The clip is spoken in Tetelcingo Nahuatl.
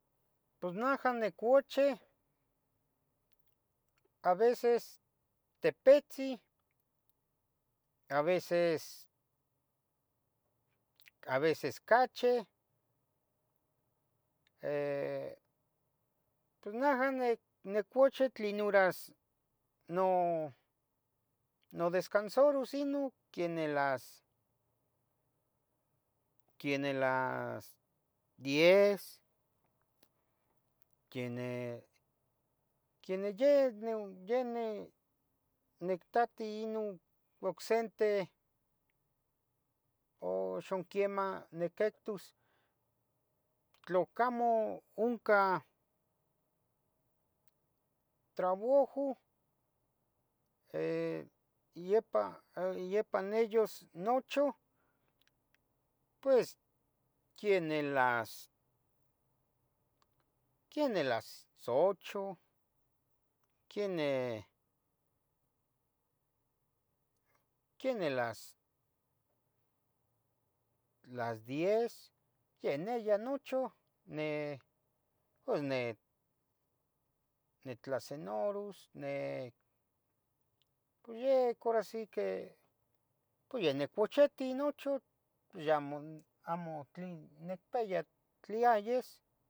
Pos naha nicuchi, a veces tepetzi, a veces, a veces cachi, pos naha ni nicuche tlinuras no nodescansarus ino queneh las, queneh las diez, queneh, queneh yeh yeh nictati ino ocsente, uxa quiemah nicactus, tlacamo oncah traboju, iepa, iepa nios nochu, pues queneh las, queneh las ocho, queneh, queneh las, las diez, yaneyah nochu ni, pos ni, nitlacenarus ni, yec hora si que ya nicuchitiu nochu, amo, amo tlen nicpia nitleayis.